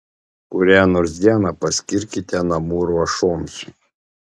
kurią nors dieną paskirkite namų ruošoms